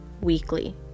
weekly